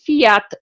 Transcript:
fiat